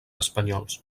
espanyols